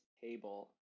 table